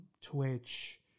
twitch